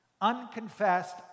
Unconfessed